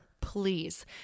please